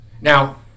Now